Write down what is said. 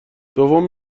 دوم